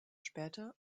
später